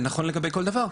זה נכון לגבי כל דבר.